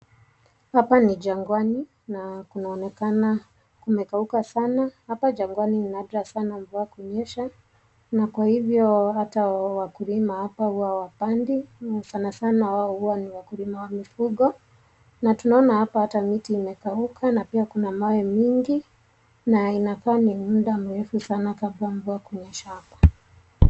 Hapa ni jangwani na kunaonekana kumekauka sana. Hapa jangwani imekaa sana bila kunyesha na kwa hivyo hata wakulima hapa huwa hawapandi sana sana huwa ni wakulima wa mifugo. Na tunaona hapa hata miti imekauka na kuna mawe nyingi na inakaa meusi sana ata unajua kuna shamba.